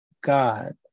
God